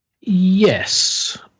Yes